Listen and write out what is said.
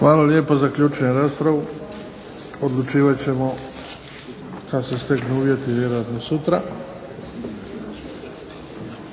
Hvala lijepo. Zaključujem raspravu. Odlučivat ćemo kada se steknu uvjeti, vjerojatno sutra.